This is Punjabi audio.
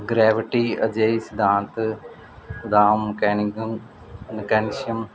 ਗਰੈਵਿਟੀ ਅਜਿਹਾ ਸਿਧਾਂਤ ਦਾ ਮਕੈਨਿਕਮ ਐਨਕੈਨਸ਼ੀਅਮ